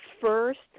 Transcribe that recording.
first